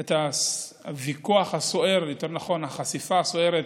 את הוויכוח הסוער, יותר נכון, החשיפה הסוערת